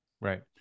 Right